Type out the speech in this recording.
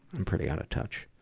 i'm pretty out of touch.